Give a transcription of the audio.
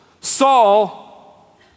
Saul